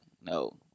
No